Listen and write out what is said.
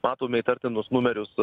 matome įtartinus numerius